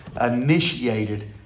initiated